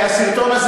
סרטון שלו,